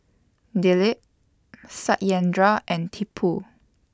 Dilip Satyendra and Tipu